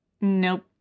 Nope